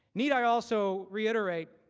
need i also reiterate,